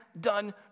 done